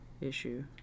issue